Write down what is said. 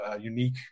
unique